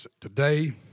today